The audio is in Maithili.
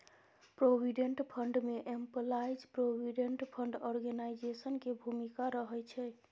प्रोविडेंट फंड में एम्पलाइज प्रोविडेंट फंड ऑर्गेनाइजेशन के भूमिका रहइ छइ